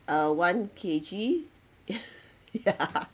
uh one K_G